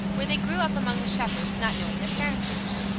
where they grew up among the shepherds, not knowing their parentage.